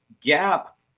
gap